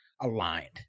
aligned